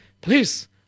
Please